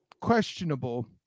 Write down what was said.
questionable